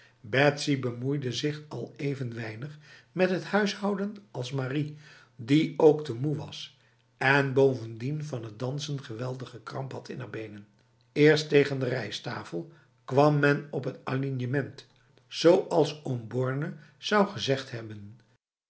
betsy bemoeide zich al even weinig met het huishouden als marie die ook te moe was en bovendien van het dansen geweldige kramp had in haar benen eerst tegen de rijsttafel kwam men op het alignement zoals oom borne zou gezegd hebben